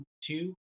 two